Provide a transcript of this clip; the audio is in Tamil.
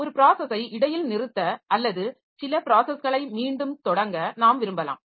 ஒரு ப்ராஸஸை இடையில் நிறுத்த அல்லது சில ப்ராஸஸ்களை மீண்டும் தொடங்க நாம் விரும்பலாம்